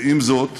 עם זאת,